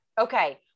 Okay